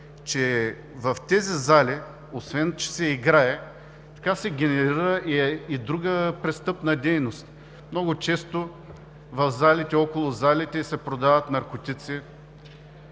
че в тези зали, освен че се играе, се генерира и друга престъпна дейност. Много често в залите, около залите се продават наркотици,